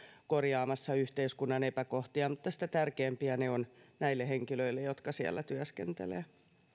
korjaamassa yhteiskunnan epäkohtia mutta sitä tärkeämpi se on niille henkilöille jotka siellä työskentelevät